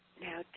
now